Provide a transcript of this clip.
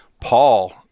Paul